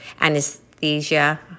anesthesia